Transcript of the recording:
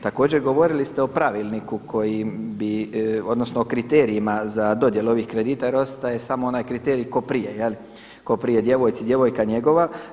Također govorili ste o pravilniku koji bi odnosno o kriterijima za dodjelu ovih kredita jer ostaje samo onaj kriterij tko prije, je li, tko prije djevojci djevojka njegova.